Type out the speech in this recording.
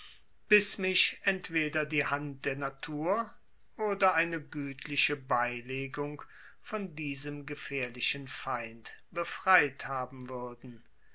bis mich entweder die hand der natur oder eine gütliche beilegung von diesem gefährlichen feind befreit haben würden